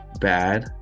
bad